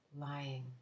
lying